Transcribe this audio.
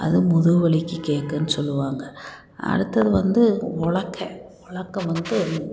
அதுவும் முதுகு வலிக்கு கேட்கும் சொல்லுவாங்கள் அடுத்தது வந்து உலக்கை உலக்கை வந்து